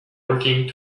working